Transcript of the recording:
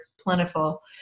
plentiful